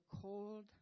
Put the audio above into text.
cold